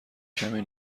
کمی